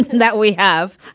that we have.